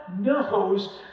knows